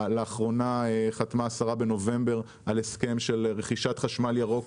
לאחרונה חתמה השרה על הסכם רכישת חשמל ירוק